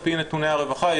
על פי נתוני הרווחה,